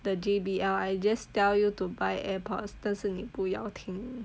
the J_B_L I just tell you to buy AirPods 但是你不要听